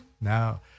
No